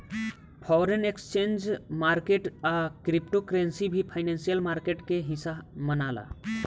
foreign exchange market आ crypto currency भी financial market के हिस्सा मनाला